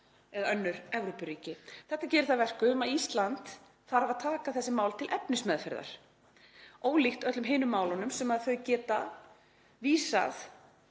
eða önnur Evrópuríki. Þetta gerir það að verkum að Ísland þarf að taka þessi mál til efnismeðferðar, ólíkt öllum hinum málunum þar sem þau geta varpað